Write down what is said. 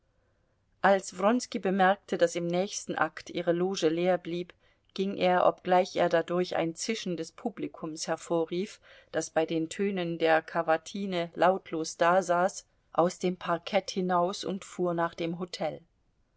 als wronski bemerkte daß im nächsten akt ihre loge leer blieb ging er obgleich er dadurch ein zischen des publikums hervorrief das bei den tönen der kavatine lautlos dasaß aus dem parkett hinaus und fuhr nach dem hotel